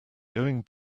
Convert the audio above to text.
going